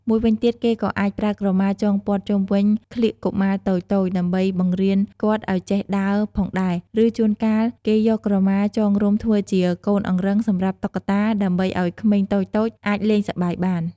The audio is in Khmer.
មួយទៀត គេក៏អាចប្រើក្រមាចងព័ទ្ធជុំវិញក្លៀកកុមារតូចៗ ដើម្បីបង្រៀនគាត់ឱ្យចេះដើរផងដែរ ឬជួនកាល គេយកក្រមាចងរុំធ្វើជាកូនអង្រឹងសម្រាប់តុក្កតា ដើម្បីឱ្យក្មេងតូចៗអាចលេងសប្បាយបាន។